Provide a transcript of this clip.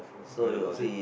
heard about it